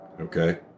Okay